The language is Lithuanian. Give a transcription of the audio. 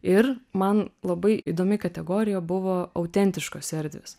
ir man labai įdomi kategorija buvo autentiškos erdvės